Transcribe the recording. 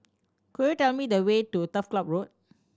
could you tell me the way to Turf Ciub Road